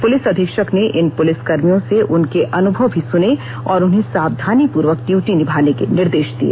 police अधीक्षक ने इन पुलिसकर्भियों से उनके अनुभव भी सुने और उन्हें सावधानीपूर्वक ड्यूटी निभाने के निर्देश दिए